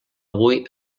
avui